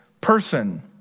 person